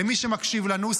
למי שמקשיב לנו,